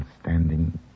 standing